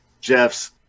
Jeff's